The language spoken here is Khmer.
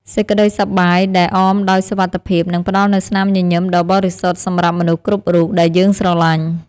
សេចក្តីសប្បាយដែលអមដោយសុវត្ថិភាពនឹងផ្តល់នូវស្នាមញញឹមដ៏បរិសុទ្ធសម្រាប់មនុស្សគ្រប់រូបដែលយើងស្រឡាញ់។